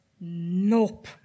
nope